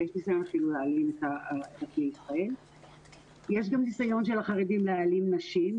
ויש סכסוך להעלים את --- יש גם ניסיון של החרדים להעלים נשים.